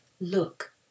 Look